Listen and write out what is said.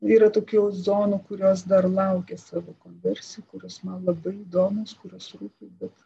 yra tokių zonų kurios dar laukia savo konversijų kurios man labai įdomios kurios rūpi bet